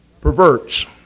perverts